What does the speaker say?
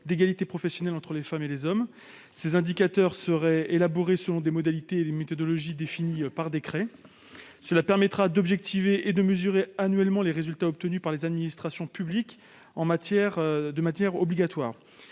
d'égalité professionnelle entre les femmes et les hommes, élaborés selon des modalités et des méthodologies définies par décret. Ce dispositif permettra d'objectiver et de mesurer annuellement les résultats obtenus par les administrations publiques en matière d'égalité